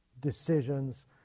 decisions